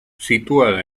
situada